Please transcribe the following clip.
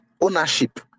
ownership